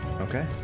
Okay